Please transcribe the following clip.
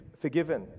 forgiven